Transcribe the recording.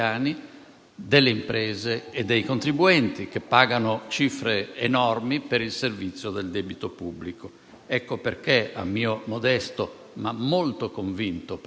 delle imprese e dei contribuenti, che pagano cifre enormi per il servizio del debito pubblico. Ecco perché - a mio modesto ma molto convinto parere